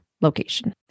location